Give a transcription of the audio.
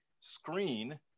screen